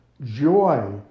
joy